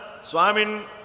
swamin